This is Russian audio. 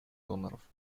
доноров